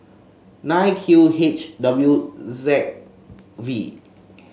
nine Q H W Z V